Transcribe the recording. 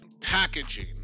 Packaging